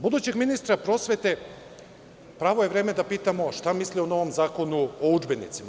Budućeg ministra prosvete pravo je vreme da pitamo – šta misli o novom Zakonu o udžbenicima?